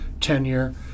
tenure